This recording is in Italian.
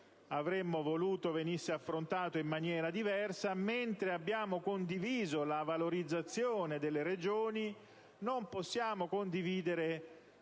avremmo voluto venisse affrontato in maniera diversa. Mentre abbiamo condiviso la valorizzazione delle Regioni, non possiamo condividere